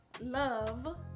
Love